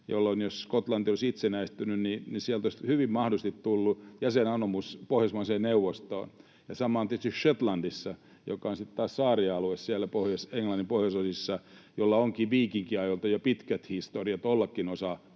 jolloin jos Skotlanti olisi itsenäistynyt, niin sieltä olisi hyvin mahdollisesti tullut jäsenanomus Pohjoismaiden neuvostoon. Ja sama on tietysti Shetlandissa, joka on sitten taas saarialue siellä Englannin pohjoisosissa, jolla onkin jo viikinkiajoilta pitkät historiat olla